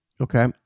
Okay